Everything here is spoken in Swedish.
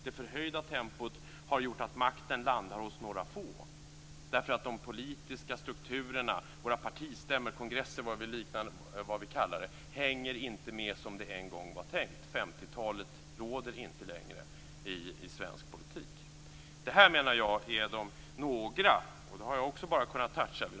Det förhöjda tempot har gjort att makten landar hos några få, därför att de politiska strukturerna, våra partistämmor och kongresser, hänger inte med som det en gång var tänkt. 1950-talet råder inte längre i svensk politik. Det här, menar jag, är några av problemen som jag bara har kunnat toucha.